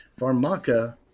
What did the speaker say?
Pharmaca